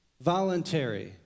voluntary